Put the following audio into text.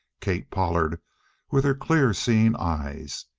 kate pollard with her clear-seeing eyes.